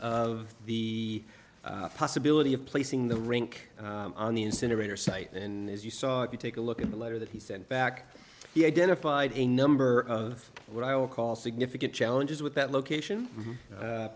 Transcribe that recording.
of the possibility of placing the rink on the incinerator site and as you saw if you take a look at the letter that he sent back he identified a number of what i'll call significant challenges with that location